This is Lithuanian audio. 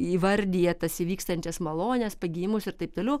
įvardija tas įvykstančias malones pagijimus ir taip toliau